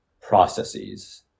processes